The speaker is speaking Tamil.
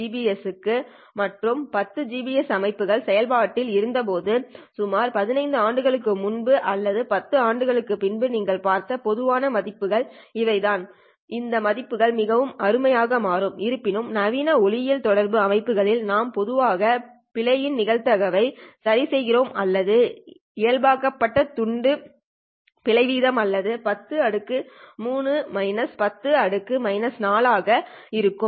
5 Gbps மற்றும் 10 Gbps அமைப்புகள் செயல்பாட்டில் இருந்தபோது சுமார் 15 ஆண்டுகளுக்கு முன்பு அல்லது 10 ஆண்டுகளுக்கு முன்பு நீங்கள் பார்த்த பொதுவான மதிப்புகள் இவைதான் இந்த மதிப்புகள் மிகவும் அருமையாக மாறும் இருப்பினும் நவீன ஒளியியல் தொடர்பு அமைப்புகளில் நாம் பொதுவாக பிழையின் நிகழ்தகவை சரி செய்கிறோம் அல்லது இயல்பாக்கப்பட்ட துண்டு பிழை வீதம் ஆனது 10 3 - 10 4 ஆக இருக்கும்